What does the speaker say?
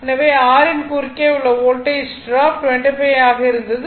அதாவது R யின் குறுக்கே உள்ள வோல்டேஜ் ட்ராப் 25 ஆக இருந்தது